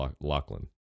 Lachlan